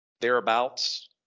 thereabouts